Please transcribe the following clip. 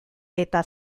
eta